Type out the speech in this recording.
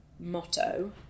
Motto